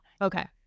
okay